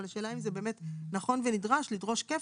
אבל השאלה היא אם זה באמת נכון ונדרש לדרוש כפל,